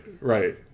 Right